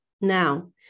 Now